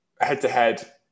head-to-head